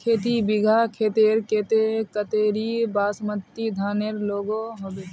खेती बिगहा खेतेर केते कतेरी बासमती धानेर लागोहो होबे?